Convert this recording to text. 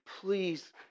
please